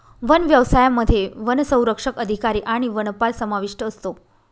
one व्यवसायामध्ये वनसंरक्षक अधिकारी आणि वनपाल समाविष्ट असतो